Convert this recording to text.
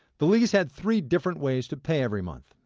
the lees had three different ways to pay every month.